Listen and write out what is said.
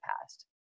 past